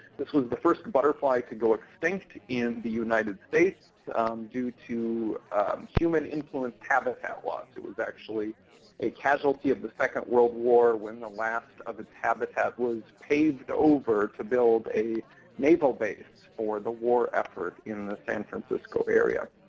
this was the first butterfly to go extinct in the united states due to human-influenced habitat loss. it was actually a casualty of the second world war, when the last of its habitat was paved over to build a naval base for the war effort in the san francisco area.